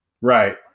Right